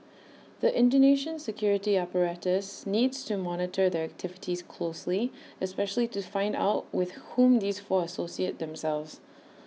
the Indonesian security apparatus needs to monitor their activities closely especially to find out with whom these four associate themselves